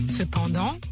Cependant